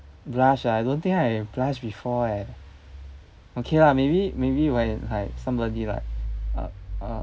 blush ah I don't think I blush before eh okay lah maybe maybe when it like somebody like uh uh